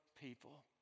people